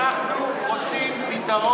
אנחנו רוצים פתרון שיבוא,